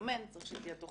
צריך שיהיה איפה להתאמן,